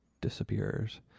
disappears